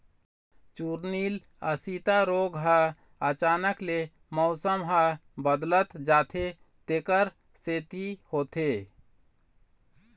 चूर्निल आसिता रोग ह अचानक ले मउसम ह बदलत जाथे तेखर सेती होथे